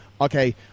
okay